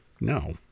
No